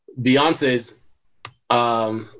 Beyonce's